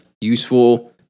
useful